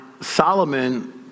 Solomon